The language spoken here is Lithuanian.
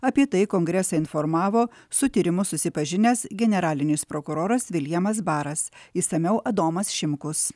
apie tai kongresą informavo su tyrimu susipažinęs generalinis prokuroras viljamas baras išsamiau adomas šimkus